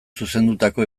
zuzendutako